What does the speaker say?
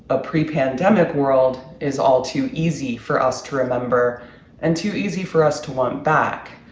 a pre pandemic world is all too easy for us to remember and too easy for us to want back.